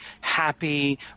happy